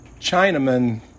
Chinaman